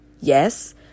Yes